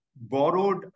borrowed